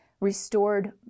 restored